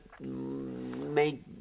make